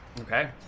Okay